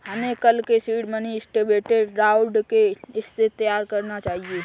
हमें कल के सीड मनी इन्वेस्टमेंट राउंड के लिए तैयार रहना चाहिए